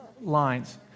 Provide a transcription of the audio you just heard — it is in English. lines